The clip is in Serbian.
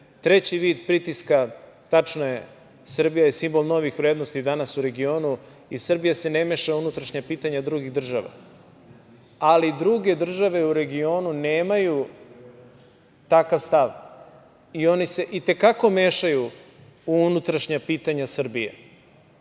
vid pritiska, tačno je, Srbija je simbol novih vrednosti danas u regionu i Srbija se ne meša u unutrašnja pitanja drugih država, ali druge države u regionu nemaju takav stav i one se itekako mešaju u unutrašnja pitanja Srbije. Četvrta